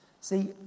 See